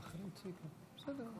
אדוני